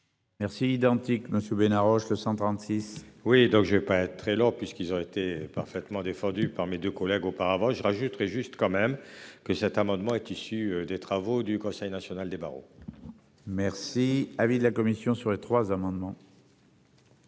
Merci identique monsieur Bena Roche le 136. Oui donc je vais pas être très or puisqu'ils auraient été parfaitement défendu par mes deux collègues auparavant je rajouterais juste quand même que cet amendement est issu des travaux du Conseil national des barreaux. Merci. Avis de la commission sur les trois amendements.